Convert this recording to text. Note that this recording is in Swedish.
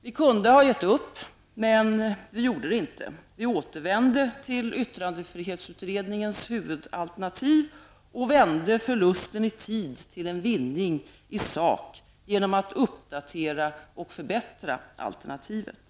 Vi kunde ha gett upp, men vi gjorde det inte. Vi återvände till yttrandefrihetsutredningens huvudalternativ och vände förlusten i tid till en vinning i sak genom att uppdatera och förbättra alternativet.